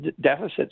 deficits